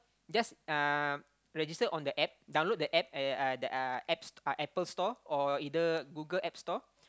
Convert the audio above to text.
just um register on the App download the App and uh the uh App uh Apple Store or either Google App Store